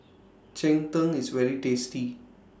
Cheng Tng IS very tasty